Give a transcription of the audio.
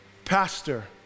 Pastor